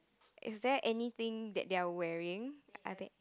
is there anything that they are wearing are there